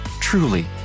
Truly